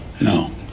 No